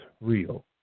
real